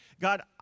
God